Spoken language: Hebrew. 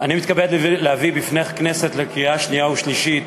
אני מתכבד להביא בפני הכנסת לקריאה שנייה ושלישית